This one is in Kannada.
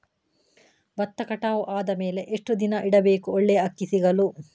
ಭತ್ತ ಕಟಾವು ಆದಮೇಲೆ ಎಷ್ಟು ದಿನ ಇಡಬೇಕು ಒಳ್ಳೆಯ ಅಕ್ಕಿ ಸಿಗಲು?